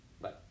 Bye